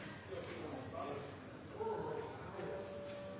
må